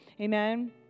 Amen